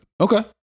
Okay